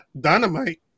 dynamite